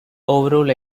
overall